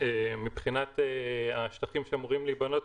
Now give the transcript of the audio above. ומבחינת השטחים שאמורים להבנות,